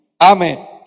Amen